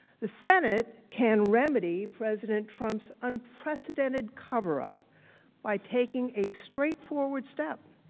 the senate can remedy president trump's unprecedented cover-up by taking a straightforward step.